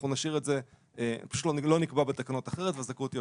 הדבר הזה לא ברור מתוך הנוסח הזה.